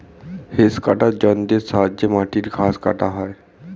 hedge কাটার যন্ত্রের সাহায্যে মাটির ঘাস কাটা হয়